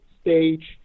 stage